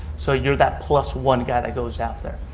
so you're that plus one guy that goes out there.